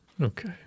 Okay